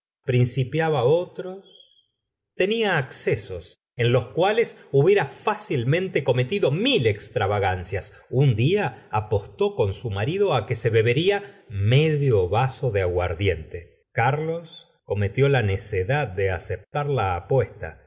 principiaba otros tenía accesos en los cuales hubiera fácilmente cometido mil extravagancias un día apostó con su marido que se bebería medio vaso de aguardiente carlos cometió la necedad de aceptar la apuesta